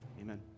amen